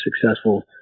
successful